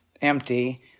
empty